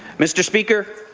mr. speaker,